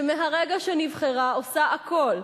שמהרגע שנבחרה עושה הכול,